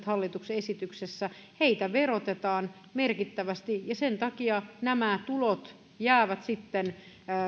hallituksen esityksessä verotetaan merkittävästi ja sen takia nämä tulot jäävät sitten